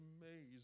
amazing